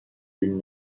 فیلم